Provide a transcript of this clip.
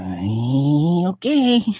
Okay